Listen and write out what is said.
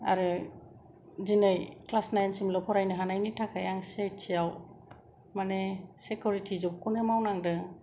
आरो दिनै क्लास नाइनसिमल' फरायनो हानायनि थाखाय आं सि आइ टि आव माने सिकिउरिति ज'बखौनो मावनांदों